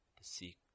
seek